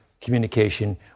communication